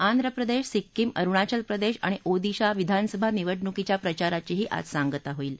आंध्रदेश सिक्कीम अरुणाचल प्रदेश आणि ओदिशा विधानसभा निवडणुकीच्या प्रचाराचीही आज सांगता होईल